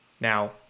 Now